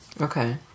okay